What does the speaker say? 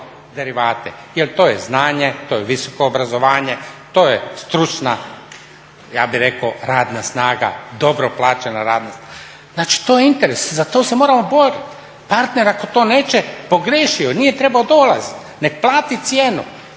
jel to je znanje, to je visoko obrazovanje, to je stručna radna snaga dobro plaćena radna snaga, znači to je interes, za to se moramo boriti. Partner ako to neće pogriješio je, nije trebao dolaziti, nek plati cijenu.